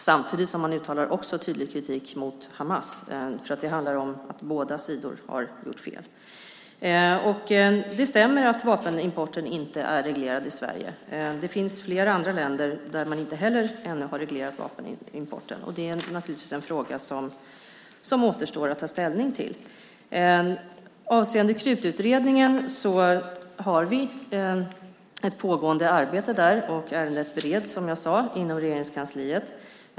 Samtidigt uttalar han tydlig kritik mot Hamas. Det handlar om att båda sidor har gjort fel. Det stämmer att vapenimporten inte är reglerad i Sverige. Det finns flera andra länder som inte heller ännu har reglerat vapenimporten. Det är en fråga som återstår att ta ställning till. Vi har ett pågående arbete när det gäller Krututredningen. Som jag sade bereds ärendet inom Regeringskansliet.